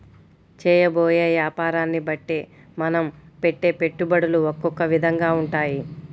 చేయబోయే యాపారాన్ని బట్టే మనం పెట్టే పెట్టుబడులు ఒకొక్క విధంగా ఉంటాయి